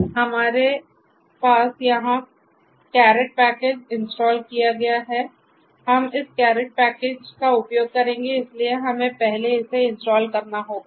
यहां हमारे पास कैरेट पैकेज इंस्टॉल किया गया है हम इस कैरेट पैकेज का उपयोग करेंगे इसलिए हमें पहले इसे इंस्टॉल करना होगा